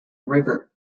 river